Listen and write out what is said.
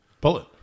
Bullet